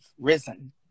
risen